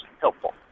helpful